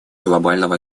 глобального